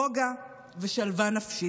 רוגע ושלווה נפשית,